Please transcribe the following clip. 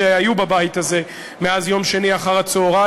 שהיו בבית הזה מאז יום שני אחר-הצהריים,